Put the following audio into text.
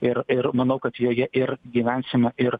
ir ir manau kad joje ir gyvensime ir